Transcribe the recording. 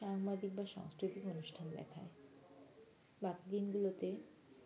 সাংবাদিক বা সাংস্কৃতিক অনুষ্ঠান দেখায় বাকি দিনগুলোতে